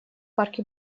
парке